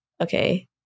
okay